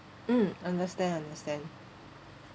mm understand understand